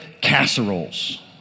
casseroles